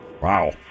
Wow